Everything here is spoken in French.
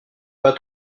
pas